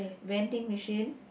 vending machine